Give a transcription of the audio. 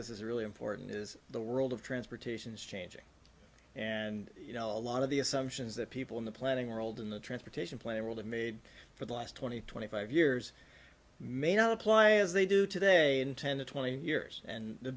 this is a really important is the world of transportation is changing and you know a lot of the assumptions that people in the planning world in the transportation plan will have made for the last twenty twenty five years may not apply as they do today in ten to twenty years and t